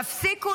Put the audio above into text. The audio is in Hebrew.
תפסיקו,